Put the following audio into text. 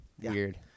Weird